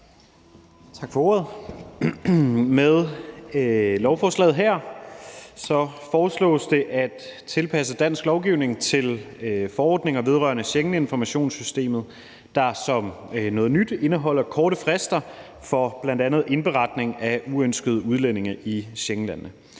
Tak for ordet. Med lovforslaget her foreslås det at tilpasse dansk lovgivning til forordninger vedrørende Schengeninformationssystemet, der som noget nyt indeholder korte frister for bl.a. indberetning af uønskede udlændinge i Schengenlandene.